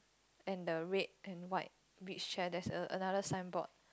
and the red and white beach chair there's a another signboard